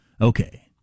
okay